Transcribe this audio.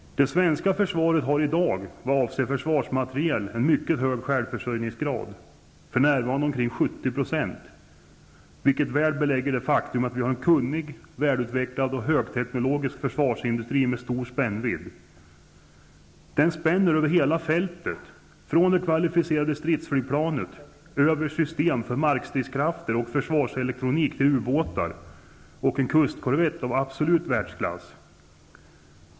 Det svenska försvaret har i dag vad avser försvarsmateriel en mycket hög självförsörjningsgrad, för närvarande ca 70 %, vilket väl belägger det faktum att vi har en kunnig, välutvecklad och högteknologisk försvarsindustri med stor spännvidd. Försvarsindustrin spänner över hela fältet, alltifrån det kvalificerade stridsflygplanet till system för markstridskrafter och försvarselektronik samt till ubåtar och en kustkorvett av absolut världsklass.